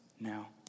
now